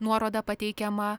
nuoroda pateikiama